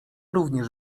również